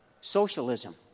socialism